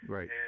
Right